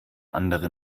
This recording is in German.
andere